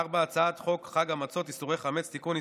4. הצעת חוק חג המצות (איסורי חמץ) (תיקון,